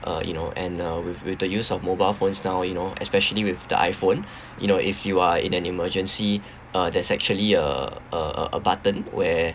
uh you know and uh with with the use of mobile phones now you know especially with the iphone you know if you are in an emergency uh there's actually a a a a button where